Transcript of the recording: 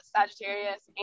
Sagittarius